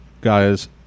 guys